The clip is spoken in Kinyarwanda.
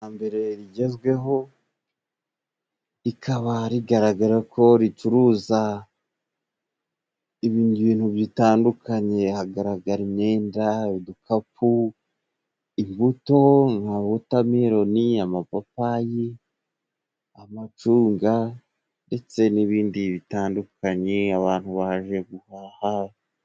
Rya mbere rigezweho rikaba rigaragara ko ricuruza ibintu bitandukanye hagaragara imyenda, udukapu, imbuto nka wotameloni , amapapayi ,amacunga ndetse n'ibindi bitandukanye abantu baje guhaha.